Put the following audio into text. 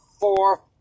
four